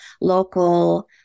local